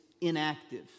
inactive